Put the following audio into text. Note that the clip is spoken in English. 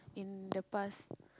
in the past